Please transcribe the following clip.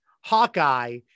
hawkeye